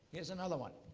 here's another one.